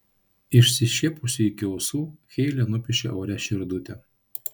išsišiepusi iki ausų heile nupiešė ore širdutę